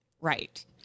Right